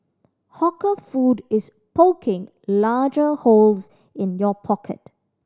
hawker food is poking larger holes in your pocket